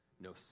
no